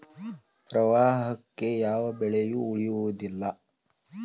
ಪ್ರವಾಹಕ್ಕೆ ಯಾವ ಬೆಳೆಯು ಉಳಿಯುವುದಿಲ್ಲಾ